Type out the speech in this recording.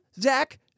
Zach